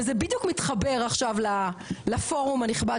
וזה בדיוק מתחבר עכשיו לפורום הנכבד